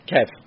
Kev